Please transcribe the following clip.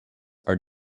are